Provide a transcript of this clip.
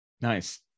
Nice